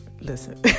Listen